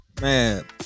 Man